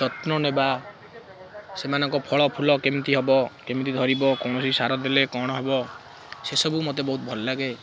ଯତ୍ନ ନେବା ସେମାନଙ୍କ ଫଳ ଫୁଲ କେମିତି ହେବ କେମିତି ଧରିବ କୌଣସି ସାର ଦେଲେ କଣ ହେବ ସେସବୁ ମୋତେ ବହୁତ ଭଲ ଲାଗେ